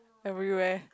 everywhere